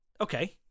okay